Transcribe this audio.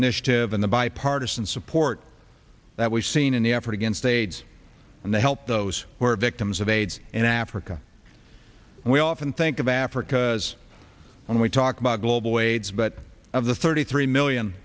initiative and the bipartisan support that we've seen in the effort against aids and they help those who are victims of aids in africa and we often think of africa as when we talk about global wades but of the thirty three million